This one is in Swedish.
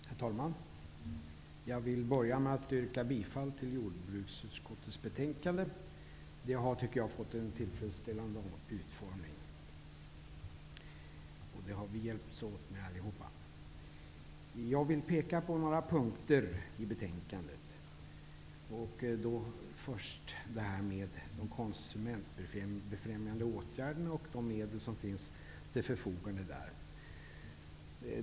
Herr talman! Jag vill börja med att yrka bifall till hemställan i jordbruksutskottets betänkande. Betänkandet har fått en tillfredsställande utformning som vi har hjälpts åt med allihop. Jag vill peka på några punkter i betänkandet. Först gäller det detta med de konsumentbefrämjande åtgärderna och de medel som finns till förfogande för detta.